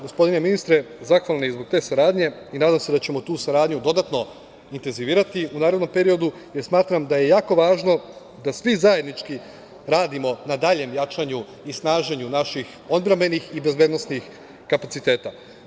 Gospodine ministre, izuzetno smo zahvalni zbog te saradnje i nadam se da ćemo tu saradnju dodatno intenzivirati u narednom periodu, jer smatram da je jako važno da svi zajednički radimo na daljem jačanju i snaženju naših odbrambenih i bezbednosnih kapaciteta.